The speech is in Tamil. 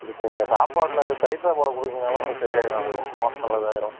கொடுக்குங்க சாப்பாடில் அது தயிர் சாப்பாடு கொடுங்கனால கூட சரிய ஆகிடுது மோஷனல்ல்லதாயயும்